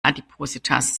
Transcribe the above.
adipositas